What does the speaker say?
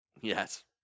Yes